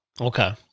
Okay